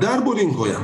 darbo rinkoje